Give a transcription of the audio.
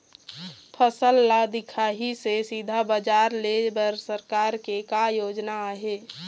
फसल ला दिखाही से सीधा बजार लेय बर सरकार के का योजना आहे?